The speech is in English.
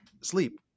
sleep